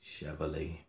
Chevrolet